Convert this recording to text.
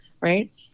right